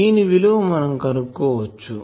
దీని విలువ మనం కనుక్కోవచ్చు